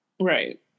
Right